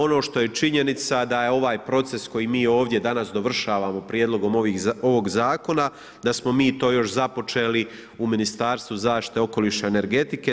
Ono što je činjenica, da je ovaj proces koji mi ovdje danas dovršavamo Prijedlogom ovog zakona, da smo mi to još započeli u Ministarstvu zaštite okoliša, energetike.